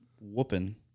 whooping